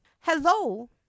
Hello